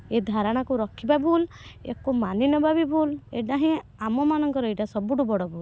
ଏ ଧାରଣାକୁ ରଖିବା ଭୁଲ୍ ୟାକୁ ମାନିନେବା ବି ଭୁଲ ଏଇଟା ହିଁ ଆମମାନଙ୍କର ଏଇଟା ସବୁଠୁ ବଡ଼ ଭୁଲ୍